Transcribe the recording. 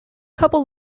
couple